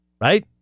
right